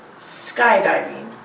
skydiving